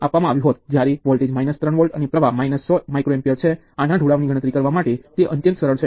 જેથી બંને તત્વોમાં સમાન પ્રવાહ નુ વહન થાય